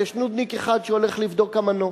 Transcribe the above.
יש נודניק אחד שהולך לבדוק אמנות.